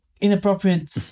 inappropriate